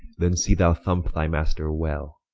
then see thou thumpe thy master well